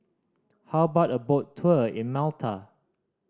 how about a boat tour in Malta